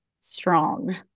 strong